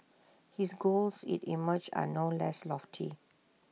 his goals IT emerges are no less lofty